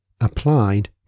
applied